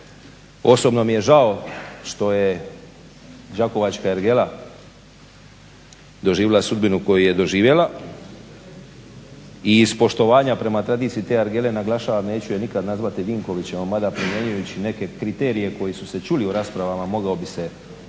Osobno mi je žao što je đakovačka ergela doživjela sudbinu koju je doživjela i iz poštovanja prema tradiciji te ergele naglašavam neću je nikad nazvati Vinkovićevom mada primjenjujući neke kriterije koji su se čuli u raspravama mogao bi se zabavljat